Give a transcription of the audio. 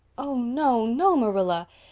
oh, no, no, marilla.